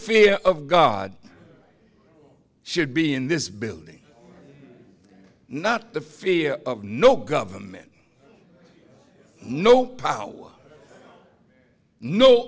fear of god should be in this building not the fear of no government no